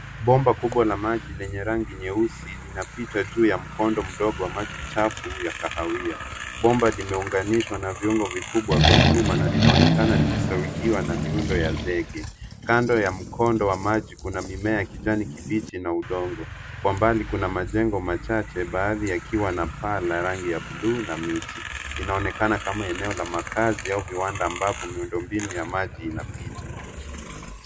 Bomba kubwa la maji lenye rangi nyeusi linapita juu ya mkondo mdogo wa maji chafu ya kahawia. Bomba limeunganishwa na viungo vikubwa vya chuma na linaonekana likisaidiwa na miundo ya zege. Kando ya mkondo wa maji kuna mimea ya kijani kibichi na udongo. Kwa mbali kuna majengo machache, baadhi yakiwa na paa la rangi ya buluu na miti. Inaonekana kama eneo la makazi au viwanda ambapo miundo mbinu ya maji inapita.